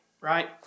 right